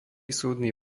súdny